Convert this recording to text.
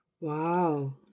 Wow